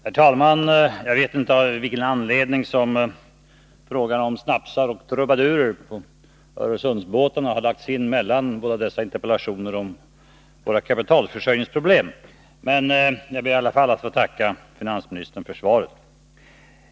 Herr talman! Jag vet inte av vilken anledning som frågan om snapsar och trubadurer lagts in mellan dessa båda interpellationer om våra kapitalförsörjningsproblem, men jag vill i alla fall tacka finansministern för svaret.